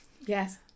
Yes